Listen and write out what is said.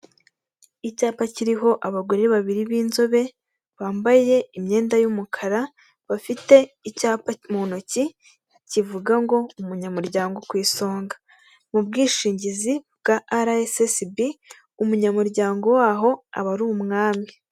Icyapa kiriho abagore babiri b'inzobe, bambaye imyenda y'umukara, bafite icyapa mu ntoki kivuga ngo "Umunyamuryango ku isonga". Mu bwishingizi bwa arayesesibi, umunyamuryango waho aba ari umwami.